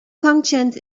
functions